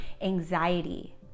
anxiety